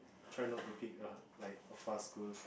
try not to pick a like a far school